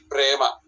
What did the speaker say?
Prema